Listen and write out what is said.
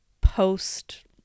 post